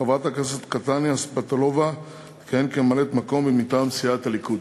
חברת הכנסת קסניה סבטלובה תכהן כממלאת-מקום מטעם סיעת הליכוד.